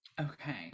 Okay